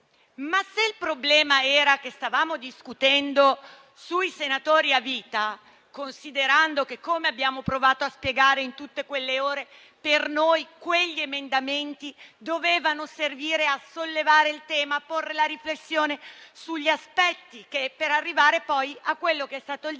possiamo avere - stavamo discutendo sui senatori a vita considerando che - come abbiamo provato a spiegare in tutte quelle ore - per noi quegli emendamenti dovevano servire a sollevare il tema, a porre la riflessione su alcuni aspetti per arrivare a quello che è stato il dibattito